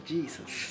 Jesus